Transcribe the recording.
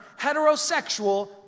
heterosexual